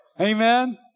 Amen